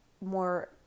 more